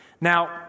Now